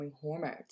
hormones